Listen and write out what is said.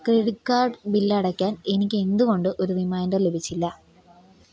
credit card bill അടയ്ക്കാൻ എനിക്ക് എന്തുകൊണ്ട് ഒരു റിമൈൻഡർ ലഭിച്ചില്ല